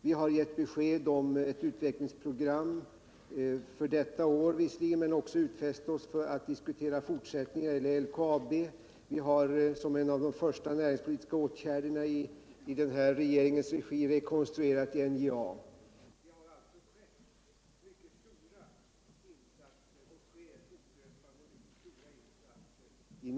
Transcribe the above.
Vi har också givit besked om ett utvecklingsprogram — visserligen för detta år, men vi har också utfäst oss att diskutera fortsättningen — när det gäller LKAB. Och vi har som en av de första näringspolitiska åtgärderna i denna regerings regi rekonstruerat NJA.